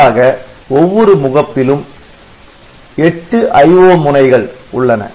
பொதுவாக ஒவ்வொரு முகப்பிலும் 8 IO முனைகள் உள்ளன